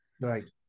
Right